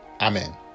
Amen